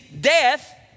death